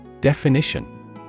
Definition